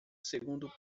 segundo